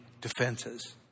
defenses